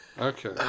Okay